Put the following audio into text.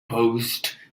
post